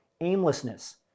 aimlessness